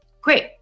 Great